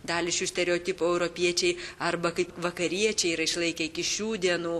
dalį šių stereotipų europiečiai arba kaip vakariečiai yra išlaikę iki šių dienų